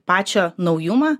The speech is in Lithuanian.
pačio naujumą